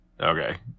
Okay